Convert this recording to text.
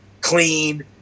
clean